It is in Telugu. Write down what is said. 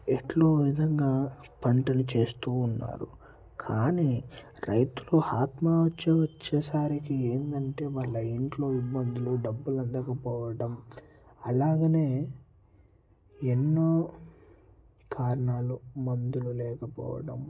ఎట్లో విధంగా పంటలు చేస్తూ ఉన్నారు కానీ రైతులు ఆత్మహత్య వచ్చేసరికి ఏంటంటే వాళ్ళ ఇంట్లో ఇబ్బందులు డబ్బులు అందకపోవడం అలాగనే ఎన్నో కారణాలు మందులు లేకపోవడం